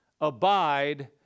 abide